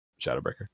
Shadowbreaker